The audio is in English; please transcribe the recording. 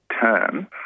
term